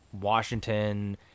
Washington